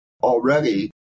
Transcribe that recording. already